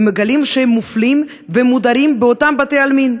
הם מגלים שהם מופלים ומודרים באותם בתי-עלמין.